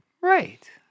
Right